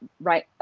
right